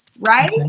right